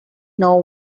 know